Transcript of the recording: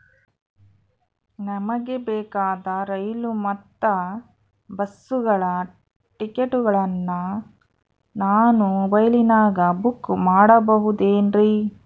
ನಮಗೆ ಬೇಕಾದ ರೈಲು ಮತ್ತ ಬಸ್ಸುಗಳ ಟಿಕೆಟುಗಳನ್ನ ನಾನು ಮೊಬೈಲಿನಾಗ ಬುಕ್ ಮಾಡಬಹುದೇನ್ರಿ?